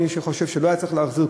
בין מי שחושב שלא היה צריך להחזיר,